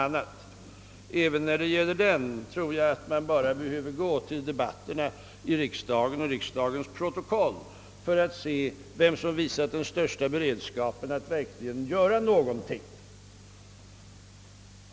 Man behöver endast gå till debatterna i riksdagen och till riksdagens protokoll för att se vem som har visat den största viljan att verkligen göra något.